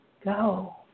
go